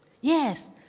Yes